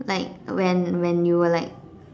like when when when you were like